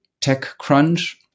TechCrunch